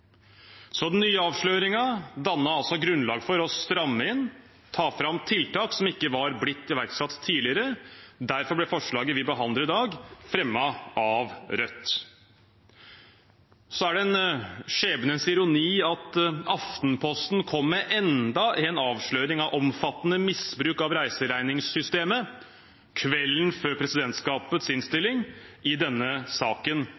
Den nye avsløringen dannet altså grunnlag for å stramme inn og ta fram tiltak som ikke var blitt iverksatt tidligere. Derfor ble forslaget vi behandler i dag, fremmet av Rødt. Det er en skjebnens ironi at Aftenposten kom med enda en avsløring av omfattende misbruk av reiseregningssystemet kvelden før presidentskapets innstilling i denne saken